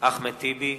אחמד טיבי,